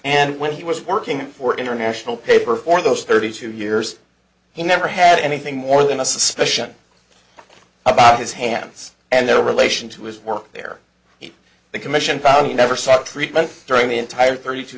and when he was working for international paper for those thirty two years he never had anything more than a suspicion about his hands and their relation to his work there the commission found he never sought treatment during the entire thirty two